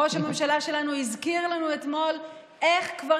ראש הממשלה שלנו הזכיר לנו אתמול איך כבר